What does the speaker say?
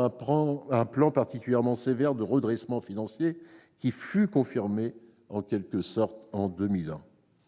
un plan particulièrement sévère de redressement financier, qui fut confirmé, en quelque sorte, en 2001